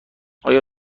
آیا